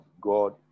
God